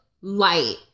light